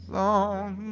long